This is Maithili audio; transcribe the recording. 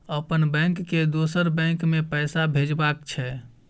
अपन बैंक से दोसर बैंक मे पैसा भेजबाक छै?